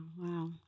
wow